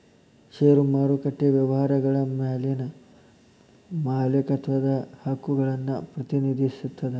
ಷೇರು ಮಾರುಕಟ್ಟೆ ವ್ಯವಹಾರಗಳ ಮ್ಯಾಲಿನ ಮಾಲೇಕತ್ವದ ಹಕ್ಕುಗಳನ್ನ ಪ್ರತಿನಿಧಿಸ್ತದ